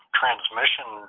transmission